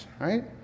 right